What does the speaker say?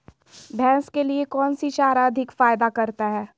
भैंस के लिए कौन सी चारा अधिक फायदा करता है?